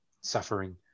suffering